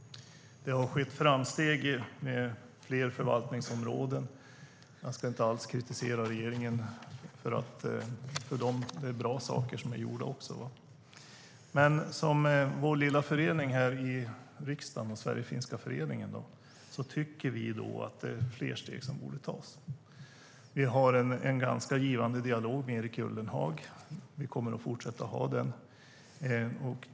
Det har skett framsteg på en del förvaltningsområden. Jag ska inte alls kritisera regeringen, för den har också gjort bra saker. Men vi i den svensk-finska föreningen här i riksdagen tycker att det finns fler steg som borde tas. Vi har en ganska givande dialog med Erik Ullenhag, och vi kommer att fortsätta att föra den.